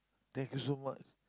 thank you so much